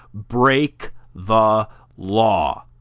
break the law.